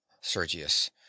sergius